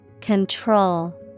Control